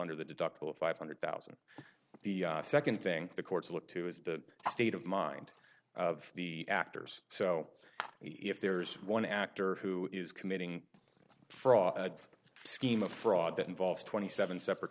under the deductible of five hundred thousand the second think the courts look to is the state of mind of the actors so he if there's one actor who is committing fraud scheme a fraud that involves twenty seven separate